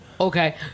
Okay